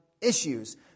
issues